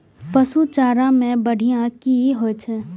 पशु चारा मैं बढ़िया की होय छै?